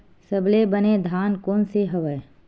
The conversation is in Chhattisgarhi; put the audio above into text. सबले बने धान कोन से हवय?